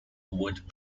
would